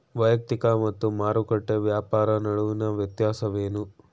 ವೈಯಕ್ತಿಕ ಮತ್ತು ಮಾರುಕಟ್ಟೆ ವ್ಯಾಪಾರ ನಡುವಿನ ವ್ಯತ್ಯಾಸವೇನು?